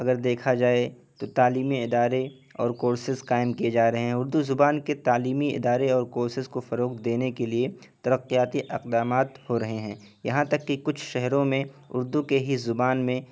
اگر دیکھا جائے تو تعلیمی ادارے اور کورسز کائم کیے جا رہے ہیں اردو زبان کے تعلیمی ادارے اور کورسز کو فروغ دینے کے لیے ترقیاتی اقدامات ہو رہے ہیں یہاں تک کہ کچھ شہروں میں اردو کے ہی زبان میں